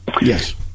Yes